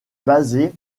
basé